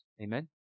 Amen